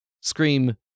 scream